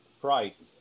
price